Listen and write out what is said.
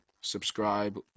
Subscribe